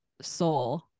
soul